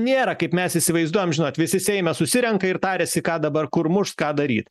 nėra kaip mes įsivaizduojam žinot visi seime susirenka ir tariasi ką dabar kur mušt ką daryt